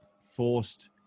forced